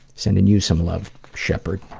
sending you some love, shepherd.